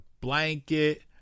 blanket